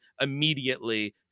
immediately